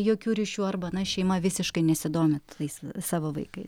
jokių ryšių arba na šeima visiškai nesidomi tais savo vaikais